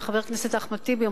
וחבר הכנסת אחמד טיבי,